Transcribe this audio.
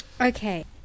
Okay